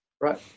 Right